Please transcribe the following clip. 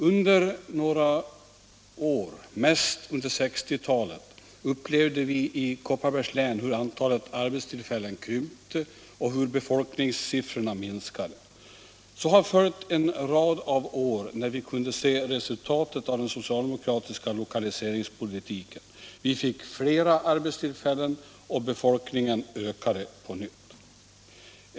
Under några år, mest under 1960-talet, upplevde vi i Kopparbergs län hur antalet arbetstillfällen krympte och hur befolkningssiffrorna minskade. Så har följt en lång rad av år när vi kunde se resultatet av den socialdemokratiska lokaliseringspolitiken. Vi fick flera arbetstillfällen, och befolkningen ökade på nytt.